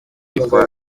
ndumva